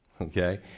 Okay